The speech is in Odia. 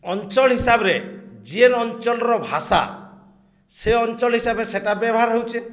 ଅଞ୍ଚଳ ହିସାବରେ ଯେନ୍ ଅଞ୍ଚଳର ଭାଷା ସେ ଅଞ୍ଚଳ ହିସାବରେ ସେଇଟା ବ୍ୟବହାର ହଉଛେ